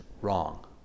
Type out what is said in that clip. wrong